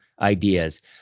ideas